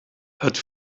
het